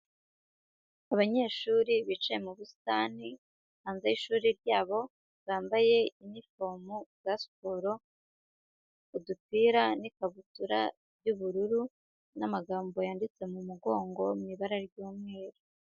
Abanyeshuri bicaye mu busitani hanze y'ishuri ryabo bambaye inifomu za siporo, udupira n'ikabutura by'ubururu n'amagambo yanditse mu mugongo mu ibara ry'umweru.